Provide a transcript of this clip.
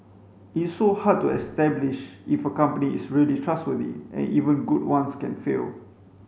it's so hard to establish if a company is really trustworthy and even good ones can fail